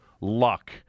luck